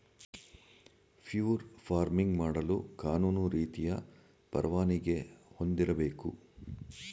fur farming ಮಾಡಲು ಕಾನೂನು ರೀತಿಯ ಪರವಾನಿಗೆ ಹೊಂದಿರಬೇಕು